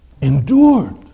endured